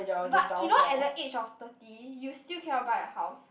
but you know at the age of thirty you still cannot buy a house